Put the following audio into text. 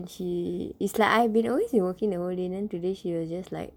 she is like I've been always been working the whole day then today she will just like